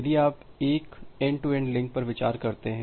यदि आप एक एंड टू एंड लिंक पर विचार करते हैं